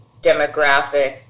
demographic